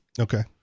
Okay